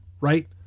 right